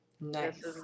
nice